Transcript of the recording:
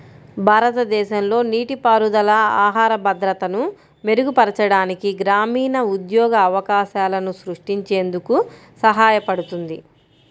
భారతదేశంలో నీటిపారుదల ఆహార భద్రతను మెరుగుపరచడానికి, గ్రామీణ ఉద్యోగ అవకాశాలను సృష్టించేందుకు సహాయపడుతుంది